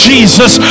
Jesus